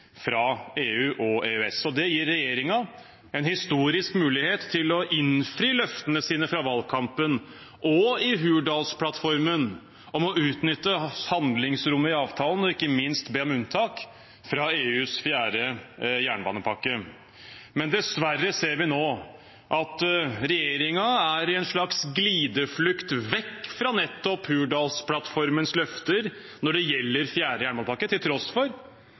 fra EU og EØS. Det gir regjeringen en historisk mulighet til å innfri løftene sine fra valgkampen og i Hurdalsplattformen om å utnytte handlingsrommet i avtalen og ikke minst be om unntak fra EUs fjerde jernbanepakke. Dessverre ser vi nå at regjeringen er i en slags glideflukt vekk fra nettopp Hurdalsplattformens løfter når det gjelder fjerde jernbanepakke, til tross for